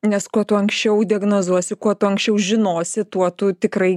nes kuo tu anksčiau diagnozuosi kuo tu anksčiau žinosi tuo tu tikrai